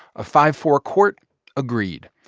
a five four court agreed.